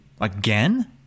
Again